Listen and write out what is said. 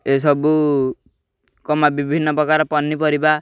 ଏସବୁ କମା ବିଭିନ୍ନ ପ୍ରକାର ପନିପରିବା